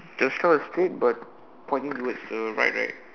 the straw is straight but pointing towards the right right